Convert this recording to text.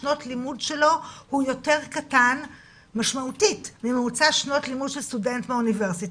יותר קטן משמעותית ממוצע שנות לימוד של סטודנט באוניברסיטה,